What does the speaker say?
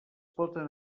poden